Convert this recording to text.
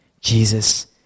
Jesus